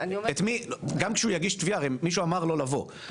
גם כשיגיש תביעה מישהו אמר לו לבוא.